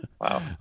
Wow